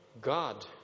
God